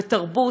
ותרבות,